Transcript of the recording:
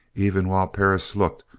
even while perris looked,